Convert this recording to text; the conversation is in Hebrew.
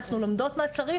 אנחנו לומדות מה צריך,